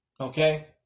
Okay